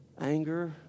Anger